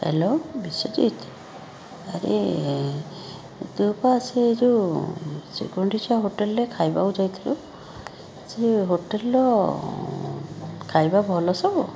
hello Biswajit ଆରେ ତୁ ବା ସେ ଯେଉଁ ଶ୍ରୀ ଗୁଣ୍ଡିଚା ହୋଟେଲ୍ରେ ଖାଇବାକୁ ଯାଇଥିଲୁ ସେ ହୋଟେଲ୍ର ଖାଇବା ଭଲ ସବୁ